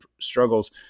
struggles